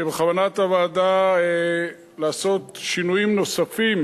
שבכוונת הוועדה לעשות שינויים נוספים